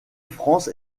france